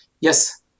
Yes